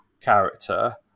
character